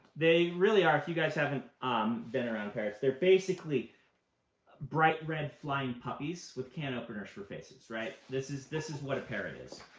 they really are, if you guys haven't um been around parrots, they're basically bright red flying puppies with can openers for faces. this is this is what a parrot is.